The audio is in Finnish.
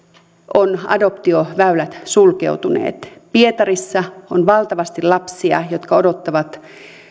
ovat adoptioväylät sulkeutuneet pietarissa on valtavasti lapsia jotka odottavat